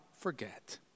forget